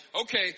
okay